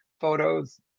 photos